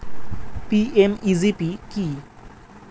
PMEGP কি?